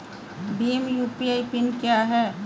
Bhim UPI PIN क्या है?